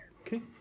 Okay